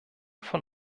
von